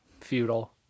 futile